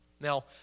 Now